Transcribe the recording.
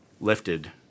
lifted